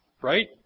right